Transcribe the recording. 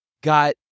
got